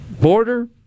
Border